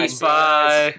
bye